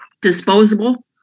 disposable